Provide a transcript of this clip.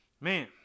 man